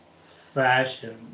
fashion